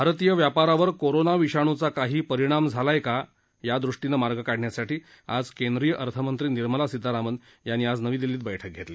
भारतीय व्यापारावर कोरोना विषाणूचा काही परिणाम झालाय का यादृष्टीनं मार्ग काढण्यासाठी आज केंद्रीय अर्थमंत्री निर्मला सीतारामन यांनी आज बैठक घेतली